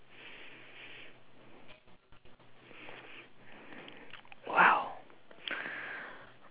!wow!